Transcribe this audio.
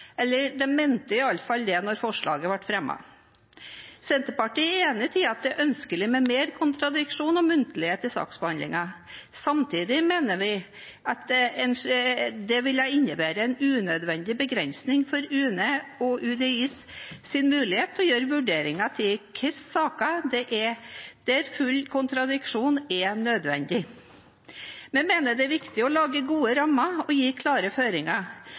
eller de mente iallfall det da forslaget ble fremmet. Senterpartiet er enig i at det er ønskelig med mer kontradiksjon og muntlighet i saksbehandlingen. Samtidig mener vi det vil innebære en unødvendig begrensning for UNE og UDIs mulighet til å gjøre vurderinger av hvilke saker der full kontradiksjon er nødvendig. Vi mener det er viktig å lage gode rammer og gi klare føringer,